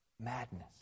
Madness